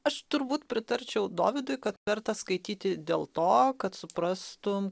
aš turbūt pritarčiau dovydui kad verta skaityti dėl to kad suprastum